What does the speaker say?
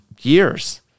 years